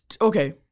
okay